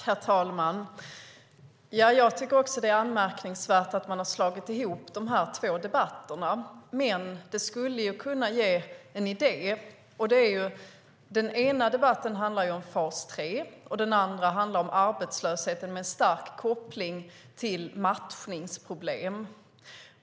Herr talman! Jag tycker också att det är anmärkningsvärt att man har slagit ihop de här två debatterna. Men det skulle kunna ge en idé. Den ena debatten handlar ju om fas 3 och den andra om arbetslösheten med en stark koppling till matchningsproblem.